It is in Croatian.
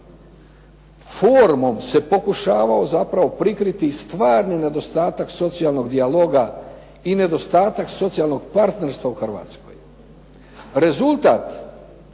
Formom se pokušavao zapravo prikriti stvarni nedostatak socijalnog dijaloga i nedostatak socijalnog partnerstva u Hrvatskoj.